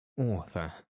Author